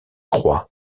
croix